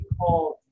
called